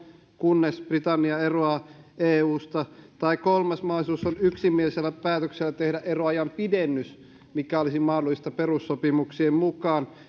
kunnes britannia eroaa eusta tai kolmas mahdollisuus on yksimielisellä päätöksellä tehdä eroajan pidennys mikä olisi mahdollista perussopimuksien mukaan